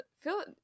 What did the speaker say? feel